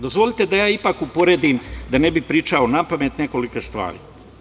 Dozvolite da ja ipak uporedim, da ne bih pričao napamet, nekoliko stvari.